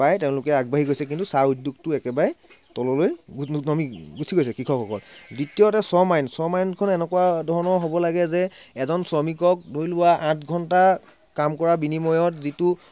পাই তেওঁলোক আগবাঢ়ি গৈছে কিন্তু চাহ উদ্যোগটো একেবাৰে তললৈ উঠি গৈছে কৃষকসকল দ্বিতীয়তে শ্ৰম আইন শ্ৰম আইনখন এনেকুৱা ধৰণৰ হ'ব লাগে যে এজন শ্ৰমিকক ধৰি লোৱা আঠ ঘন্টা কাম কৰাৰ বিনিময়ত যিটো